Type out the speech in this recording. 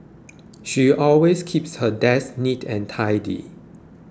she always keeps her desk neat and tidy